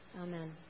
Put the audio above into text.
Amen